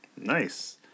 Nice